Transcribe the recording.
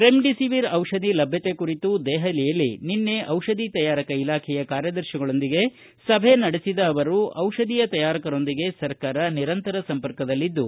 remdesivir ಔಷಧಿ ಲಭ್ಯತೆ ಕುರಿತು ದೆಹಲಿಯಲ್ಲಿ ನಿನ್ನೆ ಔಷಧಿ ತಯಾರಕ ಇಲಾಖೆಯ ಕಾರ್ಯದರ್ಶಿಗಳೊಂದಿಗೆ ಸಭೆ ನಡೆಸಿದ ಅವರು ಔಷಧೀಯ ತಯಾರಕರೊಂದಿಗೆ ಸರ್ಕಾರ ನಿರಂತರ ಸಂಪರ್ಕದಲ್ಲಿದ್ದು